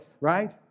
right